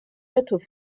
être